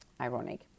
ironic